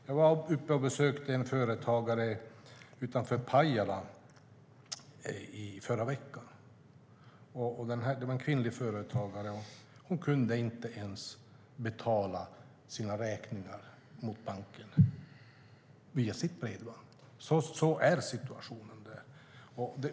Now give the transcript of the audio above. Jag var uppe och besökte en kvinnlig företagare utanför Pajala i förra veckan, och hon kunde inte ens betala sina räkningar via banken med sitt bredband. Så är situationen där.